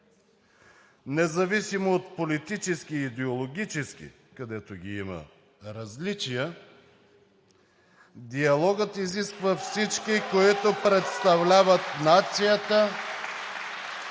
Независимо от политически и идеологически, където ги има, различия, диалогът изисква всички, които представляват нацията